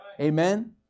Amen